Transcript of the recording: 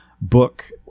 book